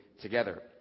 together